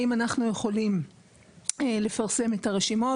האם אנחנו יכולים לפרסם את הרשימות,